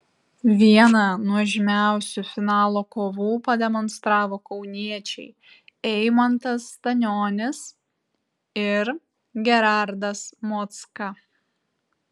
vieną nuožmiausių finalo kovų pademonstravo kauniečiai eimantas stanionis ir gerardas mocka